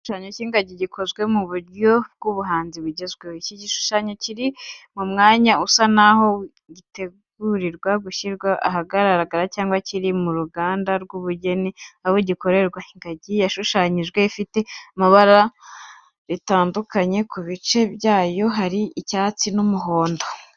Igishushanyo cy’ingagi cyakozwe mu buryo bw'ubuhanzi bugezweho. Iki gishushanyo kiri mu mwanya usa naho gitegurirwa gushyirwa ahagaragara, cyangwa kiri mu ruganda rw’ubugeni aho gikorerwa, ingagi yashushanyijwe ifite ibara ritandukanye ku bice byayo, harimo icyatsi, n'umuhodo.